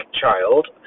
child